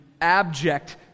abject